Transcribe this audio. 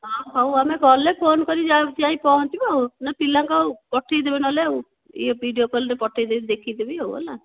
ହଁ ହଉ ଆମେ ଗଲେ ଫୋନ କରିକି ଯାଇ ଯାଇ ପହଁଛିବୁ ଆଉ ନା ପିଲାଙ୍କୁ ପଠାଇଦେବି ନହେଲେ ଆଉ ଇଏ ଭିଡ଼ିଓ କଲରେ ପଠାଇଦେବି ଦେଖାଇଦେବି ହେଲା